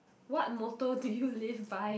what motto do you live by